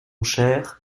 cher